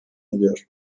ediyor